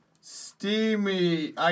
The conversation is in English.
steamy